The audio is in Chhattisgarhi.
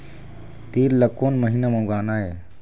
तील ला कोन महीना म उगाना ये?